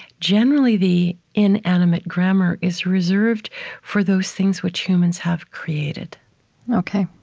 generally, the inanimate grammar is reserved for those things which humans have created ok.